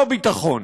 לא ביטחון.